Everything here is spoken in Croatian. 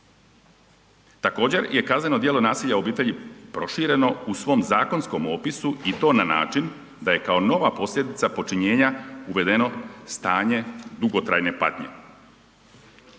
Također je kazneno djelo nasilja u obitelji prošireno u svom zakonskom opisu i to na način da je kao nova posljedica počinjenja uvedeno stanje dugotrajne patnje.